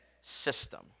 system